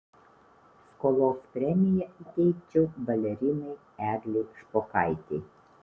skolos premiją įteikčiau balerinai eglei špokaitei